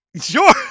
Sure